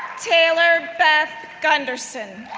taylor beth gunderson,